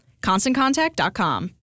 ConstantContact.com